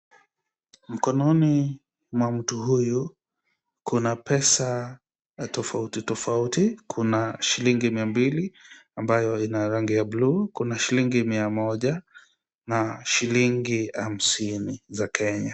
Mkononi mwa mtu huyu kuna pesa tofauti tofauti. Kuna shilingi mia mbili ambayo ina rangi ya blue , kuna shilingi mia moja na shilingi hamsini za Kenya.